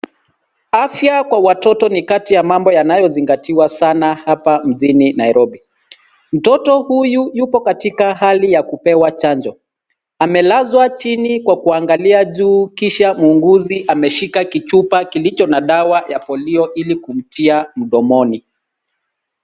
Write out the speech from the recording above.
Afya kwa watoto ni kati ya mambo yanayozingatiwa sana hapa mjini Nairobi. Mtoto huyu yupo katika hali ya kupewa chanjo. Amelazwa chini kwa kuangalia juu kisha muuguzi ameshika kichupa kilicho na dawa ya polio ili kumtia mdomoni.